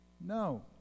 no